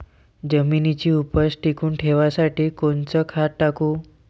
जमिनीची उपज टिकून ठेवासाठी कोनचं खत टाकू?